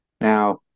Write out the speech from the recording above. Now